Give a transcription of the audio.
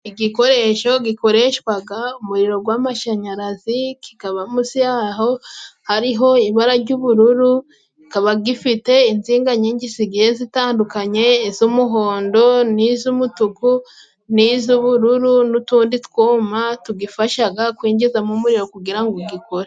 Igikoresho gikoreshwaga umuriro gw'amashanyarazi, kikaba munsi yaho hariho ibara ry'ubururu kikaba gifite insinga nyinshi zigiye zitandukanye. Iz'umuhondo n'iz'umutuku, n'iz'ubururu, n'utundi twuma tugifashaga kwinjizamo umuriro kugira ngo gikore.